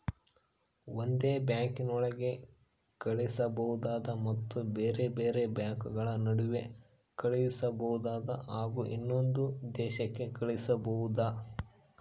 ಒಂದೇ ಬ್ಯಾಂಕಿನೊಳಗೆ ಕಳಿಸಬಹುದಾ ಮತ್ತು ಬೇರೆ ಬೇರೆ ಬ್ಯಾಂಕುಗಳ ನಡುವೆ ಕಳಿಸಬಹುದಾ ಹಾಗೂ ಇನ್ನೊಂದು ದೇಶಕ್ಕೆ ಕಳಿಸಬಹುದಾ?